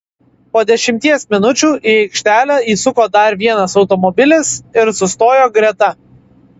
po dešimties minučių į aikštelę įsuko dar vienas automobilis ir sustojo greta